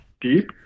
deep